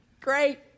Great